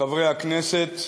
חברי הכנסת,